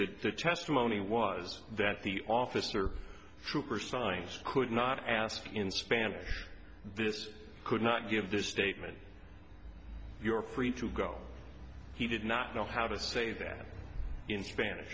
the testimony was that the officer trooper signs could not ask in spanish this could not give this statement you're free to go he did not know how to say that in